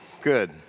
Good